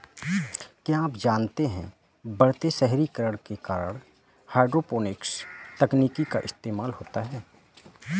क्या आप जानते है बढ़ते शहरीकरण के कारण हाइड्रोपोनिक्स तकनीक का इस्तेमाल होता है?